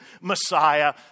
Messiah